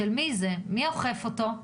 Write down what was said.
מי אוכף אותו?